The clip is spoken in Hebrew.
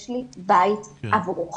יש לי בית עבורך.